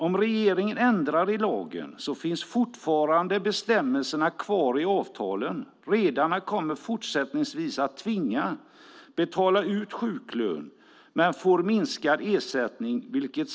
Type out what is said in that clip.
Om regeringen ändrar i lagen finns bestämmelserna med andra ord fortfarande kvar i avtalen. Redarna kommer fortsättningsvis att tvingas betala ut sjuklön men får minskad ersättning.